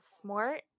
smart